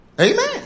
Amen